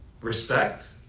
respect